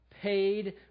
Paid